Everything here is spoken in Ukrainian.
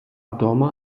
дома